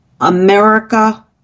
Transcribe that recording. America